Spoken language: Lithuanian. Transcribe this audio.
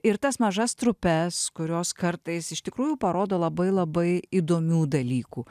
ir tas mažas trupes kurios kartais iš tikrųjų parodo labai labai įdomių dalykų